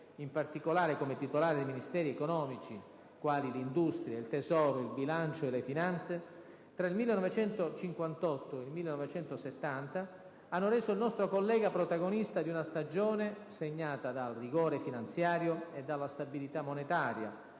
in particolare come titolare di Ministeri economici - quali l'industria, il tesoro, il bilancio e le finanze - tra il 1958 e il 1970, hanno reso il nostro collega protagonista di una stagione segnata dal rigore finanziario e dalla stabilità monetaria,